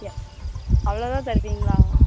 எ அவ்ளோ தான் தருவீங்களா